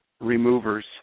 removers